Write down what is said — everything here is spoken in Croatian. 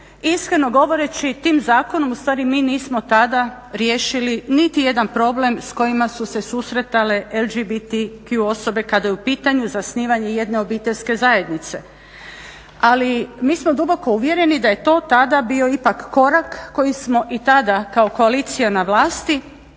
iskreno govoreći tim zakonom u stvari mi nismo tada riješili niti jedan problem s kojima su se susretali LGBTQ osobe kada je u pitanju zasnivanje jedne obiteljske zajednice. Ali mi smo duboko uvjereni da je to tada bio ipak korak koji smo i tada kao koalicija na vlasti